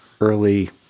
early